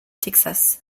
texas